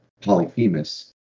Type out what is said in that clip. Polyphemus